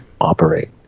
operate